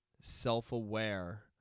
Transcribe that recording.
self-aware